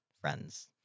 friends